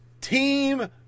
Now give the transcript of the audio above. team